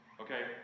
Okay